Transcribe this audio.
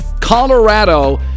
colorado